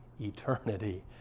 eternity